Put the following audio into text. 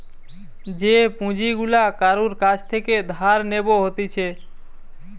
যে পুঁজি গুলা কারুর কাছ থেকে ধার নেব হতিছে